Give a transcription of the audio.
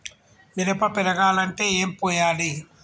మిరప పెరగాలంటే ఏం పోయాలి?